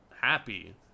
happy